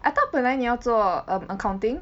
I thought 本来你要做 um accounting